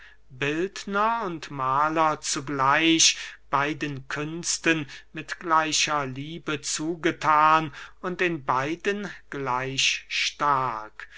und mahler zugleich beiden künsten mit gleicher liebe zugethan und in beiden gleich stark